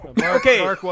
Okay